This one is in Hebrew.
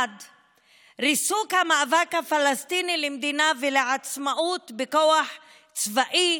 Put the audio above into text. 1. ריסוק המאבק הפלסטיני למדינה ולעצמאות בכוח צבאי,